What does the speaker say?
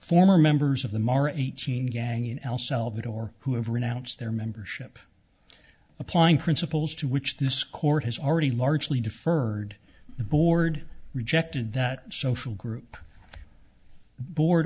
former members of the mara eighteen gang in el salvador who have renounced their membership applying principles to which this court has already largely deferred the board rejected that social group board